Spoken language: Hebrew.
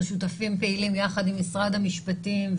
אנחנו שותפים פעילים יחד עם משרד המשפטים,